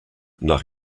nach